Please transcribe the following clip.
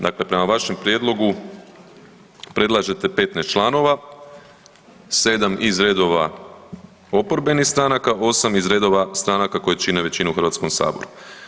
Dakle, prema vašem prijedlogu predlažete 15 članova, 7 iz redova oporbenih stranaka, 8 iz redova stranaka koje čine većinu u Hrvatskom saboru.